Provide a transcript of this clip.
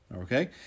Okay